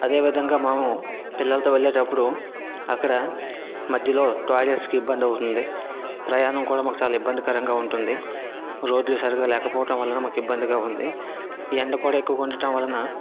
అదే విధంగా మేము పిల్లలతో వెళ్ళేటప్పుడు అక్కడ మధ్యలో టాయిలెట్స్కి ఇబ్బంది అవుతుంది ప్రయాణం కూడా మాకు చాలా ఇబ్బంది కరంగా ఉంటుంది రోడ్లు సరిగా లేకపోవడం వలన మాకు ఇబ్బందిగా ఉంది ఎండ కూడా ఎక్కువగా ఉండటం వలన